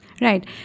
Right